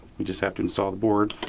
we just have to install the board.